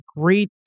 great